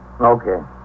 Okay